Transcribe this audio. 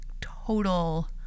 total